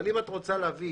אם את רוצה להביא